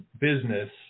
business